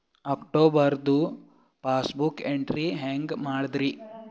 ಅಕ್ಟೋಬರ್ದು passbook entry ಹೆಂಗ್ ಮಾಡದ್ರಿ?